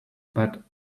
but